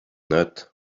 not